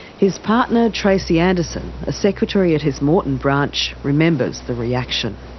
his partner tracey anderson, a secretary at his moreton branch, remembers the reaction.